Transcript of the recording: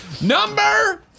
Number